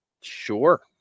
Sure